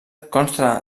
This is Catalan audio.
consta